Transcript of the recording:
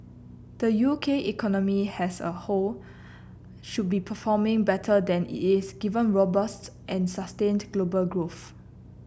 the U K economy has a whole should be performing better than it is given robust and sustained global growth